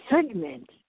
Segment